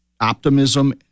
optimism